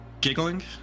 giggling